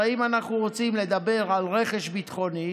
הרי אם אנחנו רוצים לדבר על רכש ביטחוני,